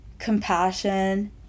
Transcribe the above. compassion